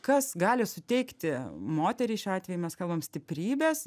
kas gali suteikti moteriai šiuo atveju mes kalbam stiprybės